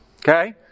Okay